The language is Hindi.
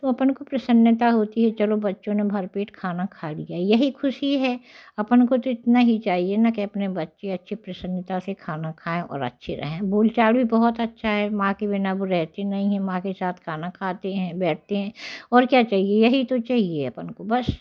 तो अपन को प्रसन्नता होती है चलो बच्चों ने भर पेट खाना खा लिया यही खुशी है अपन को तो इतना ही चाहिए न कि अपने बच्चे अच्छे प्रसन्नता से खाना खाएँ और अच्छे रहें बोल चाल भी बहुत अच्छा है माँ के बिना वो रहते नहीं हैं माँ के साथ खाना खाते हैं बैठते हैं और क्या चाहिए यही तो चाहिए अपन को बस